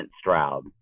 Stroud